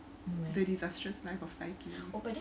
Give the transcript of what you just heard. the disastrous life of saiki